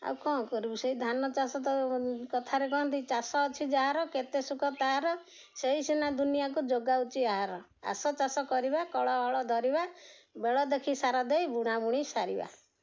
ଆଉ କ'ଣ କରିବୁ ସେଇ ଧାନ ଚାଷ ତ କଥାରେ କହନ୍ତି ଚାଷ ଅଛି ଯାହାର କେତେ ସୁଖ ତା'ର ସେଇ ସିନା ଦୁନିଆକୁ ଯୋଗାଉଛି ଆହାର ଆସ ଚାଷ କରିବା କଳ ହଳ ଧରିବା ବେଳ ଦେଖି ସାର ଦେଇ ବୁଣା ବୁଣି ସାରିବା